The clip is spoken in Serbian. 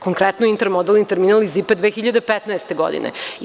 Konkretno, intermodalni terminal iz IPE 2015. godine.